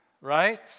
right